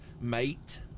mate